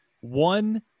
One